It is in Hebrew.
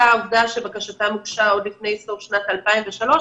העובדה שבקשתם הוגשה עוד לפני סוף שנת 2003,